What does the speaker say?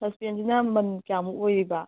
ꯁꯁꯄꯦꯟꯗꯨꯅ ꯃꯃꯟ ꯀꯌꯥꯃꯨꯛ ꯑꯣꯏꯔꯤꯕ